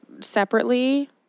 separately